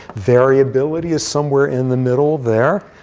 variability is somewhere in the middle there.